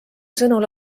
sõnul